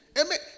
amen